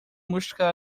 música